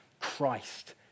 Christ